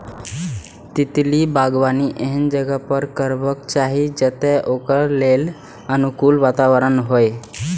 तितली बागबानी एहन जगह पर करबाक चाही, जतय ओकरा लेल अनुकूल वातावरण होइ